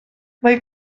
mae